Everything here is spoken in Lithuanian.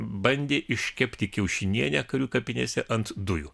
bandė iškepti kiaušinienę karių kapinėse ant dujų